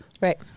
Right